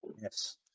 Yes